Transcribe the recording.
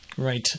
Right